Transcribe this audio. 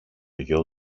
γιο